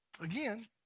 Again